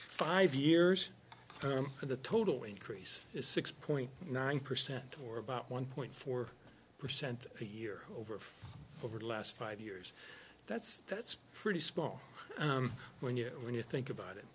five years the total increase is six point nine percent or about one point four percent a year over over the last five years that's that's pretty small when you when you think about it